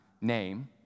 name